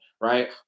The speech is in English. Right